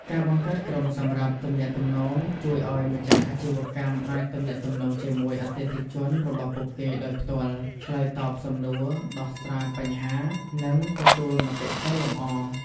ការបង្កើតក្រុមសម្រាប់ទំនាក់ទំនង ជួយឱ្យម្ចាស់អាជីវកម្មអាចទំនាក់ទំនងជាមួយអតិថិជនរបស់ពួកគេដោយផ្ទាល់ ឆ្លើយតបសំណួរ ដោះស្រាយបញ្ហា និងទទួលមតិកែលម្អ។